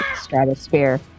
stratosphere